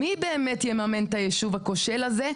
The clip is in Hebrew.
מי באמת יממן את היישוב הכושל הזה,